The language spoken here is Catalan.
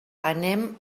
anem